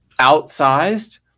outsized